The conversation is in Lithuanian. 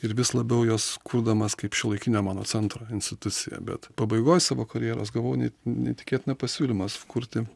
ir vis labiau juos kurdamas kaip šiuolaikinio meno centro institucija bet pabaigoj savo karjeros gavau ne neįtikėtiną pasiūlymą sukurti